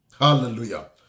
Hallelujah